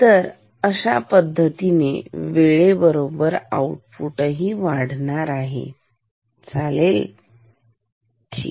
तर अशा पद्धतीने वेळे बरोबर आउटपुट वाढणार आहे चालेल ठीक